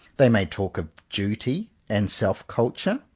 they may talk of duty, and self-culture,